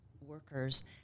workers